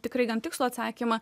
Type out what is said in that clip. tikrai gan tikslų atsakymą